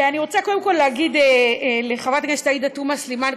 ואני רוצה קודם כול להגיד לחברת הכנסת עאידה תומא סלימאן,